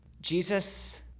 Jesus